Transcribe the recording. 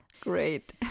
great